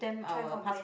try complain